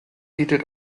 bietet